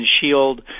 shield